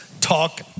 talk